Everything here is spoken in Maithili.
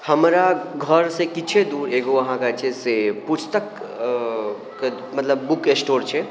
हमरा घरसँ किछुए दूर एगो अहाँके जे छै से पुस्तकके मतलब बुक स्टोर छै